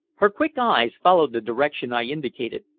her quick eyes followed the direction i indicated,